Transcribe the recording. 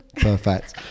Perfect